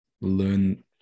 learn